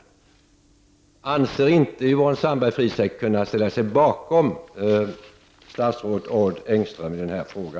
Kan Yvonne Sandberg-Fries ställa sig bakom statsrådet Odd Engström i denna fråga?